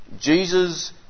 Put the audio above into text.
Jesus